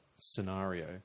Scenario